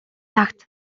цагт